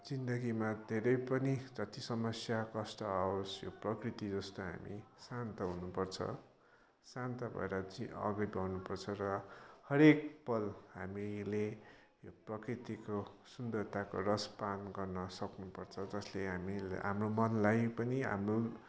जिन्दगीमा धेरै पनि जति समस्या कष्ट आओस् यो प्रकृति जस्तो हामी शान्त हुनुपर्छ शान्त भएर चाहिँ अघि बढ्नुपर्छ र हरेक पल हामीले यो प्रकृतिको सुन्दरताको रसपान गर्न सक्नुपर्छ जसले हामी हाम्रो मनलाई पनि हाम्रो